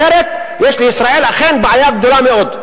אחרת יש לישראל אכן בעיה גדולה מאוד,